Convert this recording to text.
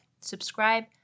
subscribe